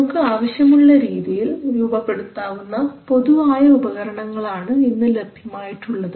നമുക്ക് ആവശ്യമുള്ള രീതിയിൽ രൂപപ്പെടുത്താവുന്ന പൊതുവായ ഉപകരണങ്ങളാണ് ഇന്ന് ലഭ്യമായിട്ടുള്ളത്